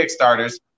Kickstarters